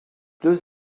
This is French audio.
deux